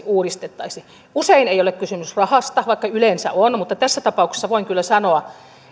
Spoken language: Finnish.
uudistettaisiin usein ei ole kysymys rahasta vaikka yleensä on mutta tässä tapauksessa voin kyllä sanoa